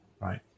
right